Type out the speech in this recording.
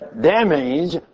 damage